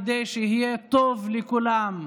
כדי שיהיה טוב לכולם.